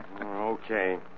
Okay